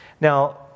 Now